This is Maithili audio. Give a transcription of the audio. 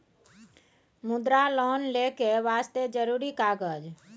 मुद्रा लोन लेके वास्ते जरुरी कागज?